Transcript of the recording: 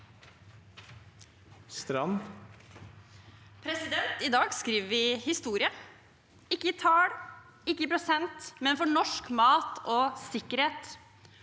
Strand (Sp) I dag skriver vi historie – ikke i tall, ikke i prosent, men for norsk mat og sikkerhet.